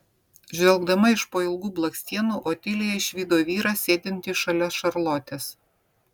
žvelgdama iš po ilgų blakstienų otilija išvydo vyrą sėdintį šalia šarlotės